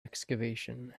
excavation